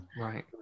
right